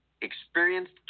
Experienced